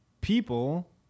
people